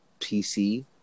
PC